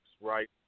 right